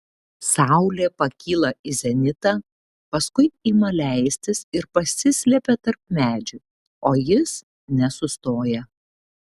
saulė pakyla į zenitą paskui ima leistis ir pasislepia tarp medžių o jis nesustoja